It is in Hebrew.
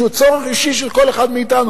שהוא צורך אישי של כל אחד מאתנו,